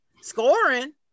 Scoring